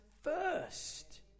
first